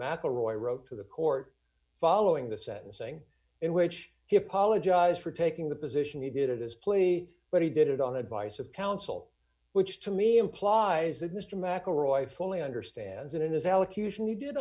mcelroy wrote to the court following the sentencing in which he apologized for taking the position he did it is plainly but he did it on advice of counsel which to me implies that mr mcelroy fully understand